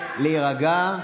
להירגע,